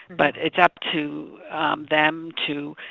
but it's up to them to